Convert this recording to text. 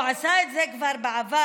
הוא עשה את זה כבר בעבר.